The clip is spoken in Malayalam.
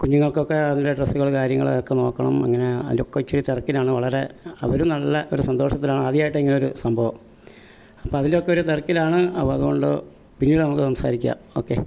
കുഞ്ഞുകൾക്കൊക്കെ അതിൻ്റെ ഡ്രസ്സുകളും കാര്യങ്ങൾ അതൊക്കെ നോക്കണം അങ്ങനെ അതിൻറെ ഒക്കെ ഇത്തിരി തിരക്കിലാണ് വളരെ അവരും നല്ല ഒരു സന്തോഷത്തിലാണ് ആദ്യമായിട്ടാണ് ഇങ്ങനെ ഒരു സംഭവം അപ്പോൾ അതിൻറെയൊക്കെ ഒരു തിരക്കിലാണ് അപ്പോൾ അതുകൊണ്ട് പിന്നിട് നമുക്ക് സംസാരിക്കാം ഓക്കെ